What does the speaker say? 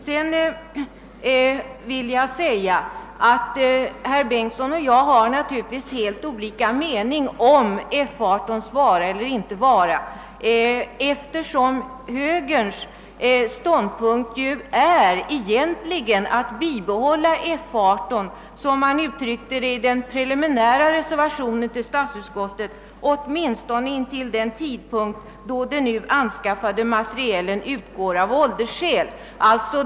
Herr Bengtson i Solna och jag har naturligtvis helt olika mening om F18:s vara eller icke vara, eftersom högerns ståndpunkt egentligen är att bibehålla F18 — som man uttryckte det i den preliminära reservationen till statsutskottets utlåtande — åtminstone intill den tidpunkt då den nu anskaffade materielen utgår av åldersskäl.